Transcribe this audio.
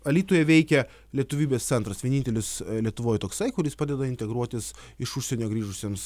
alytuje veikia lietuvybės centras vienintelis lietuvoj toksai kuris padeda integruotis iš užsienio grįžusiems